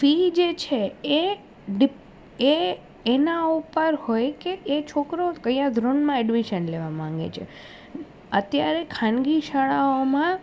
fee જે છે એ ડીપ એ એના ઉપર હોય કે એ છોકરો કયા ધોરણમાં એડમિશન લેવા માંગે છે અત્યારે ખાનગી શાળાઓમાં